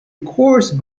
coarse